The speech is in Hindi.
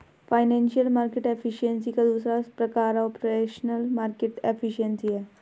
फाइनेंशियल मार्केट एफिशिएंसी का दूसरा प्रकार ऑपरेशनल मार्केट एफिशिएंसी है